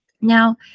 Now